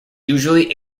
usually